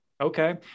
Okay